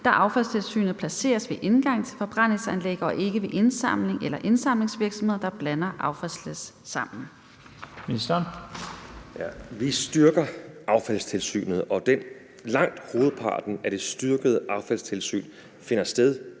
da affaldstilsynet placeres ved indgangen til forbrændingsanlæg og ikke ved indsamling eller indsamlingsvirksomheder, der blander affaldslæs sammen?